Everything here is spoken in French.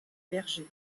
bergers